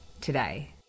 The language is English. today